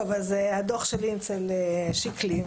אז הדו"ח שלי אצל שיקלי,